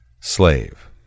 slave